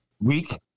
week